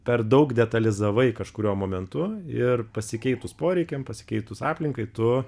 per daug detalizavai kažkuriuo momentu ir pasikeitus poreikiam pasikeitus aplinkai tu